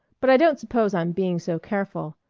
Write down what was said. but i don't suppose i'm being so careful.